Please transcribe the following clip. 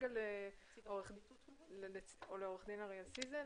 עו"ד סיזל,